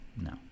No